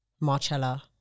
Marcella